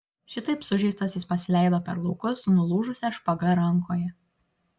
šitaip sužeistas jis pasileido per laukus su nulūžusia špaga rankoje